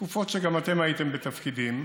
בתקופות שהייתם בתפקידים,